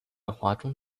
华中